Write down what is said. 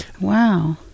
Wow